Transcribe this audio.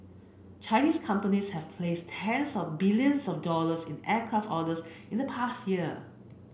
Chinese companies have placed tens of billions of dollars in aircraft orders in the past year